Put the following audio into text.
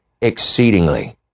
exceedingly